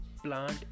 plant